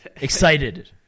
excited